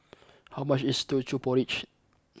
how much is Teochew Porridge